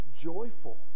joyful